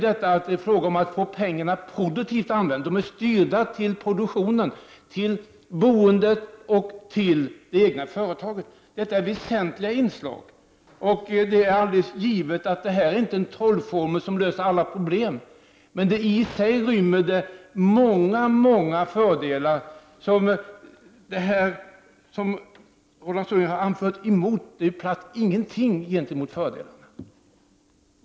Det är också fråga om att få pengarna använda på ett produktivt sätt, de är styrda till produktionen, till boendet och till det egna företaget. Detta är väsentliga inslag. Det är alldeles givet att detta inte är en trollformel som löser alla problem, men det rymmer i sig många fördelar. Det som Roland Sundgren har anfört mot detta är platt intet gentemot fördelarna.